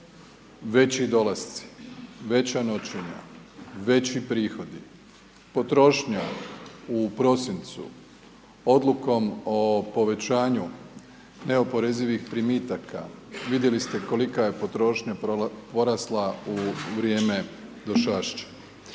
veći dolasci, veća noćenja, veći prihodi, potrošnja u prosincu, odlukom o povećaju neoporezivih primitaka, vidjeli ste kolika je potrošnja porasla u vrijeme došašća.